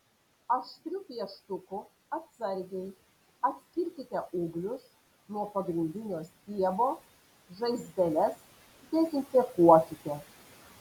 aštriu pieštuku atsargiai atskirkite ūglius nuo pagrindinio stiebo žaizdeles dezinfekuokite